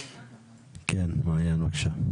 ספיבק, בבקשה.